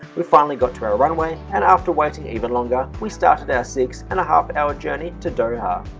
we finally got to our runway and after waiting even longer. we started our six and a half hour journey to doha.